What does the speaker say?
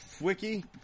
Wiki